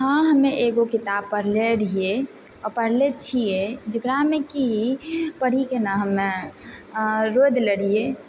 हँ हमे एगो किताब पढ़लै रहिए आ पढ़लै छियै जेकरामे कि पढ़िके ने हमे रोए देलै रहिए